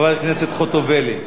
חברת הכנסת חוטובלי,